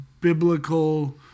biblical